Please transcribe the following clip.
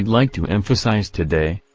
like to emphasize today,